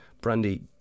Brandy